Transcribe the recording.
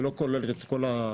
היא לא כוללת את כל הממסרים.